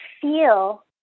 feel